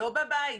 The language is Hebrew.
לא בבית.